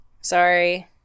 Sorry